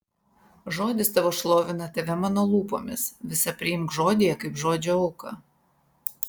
žodis tavo šlovina tave mano lūpomis visa priimk žodyje kaip žodžio auką